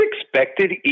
expected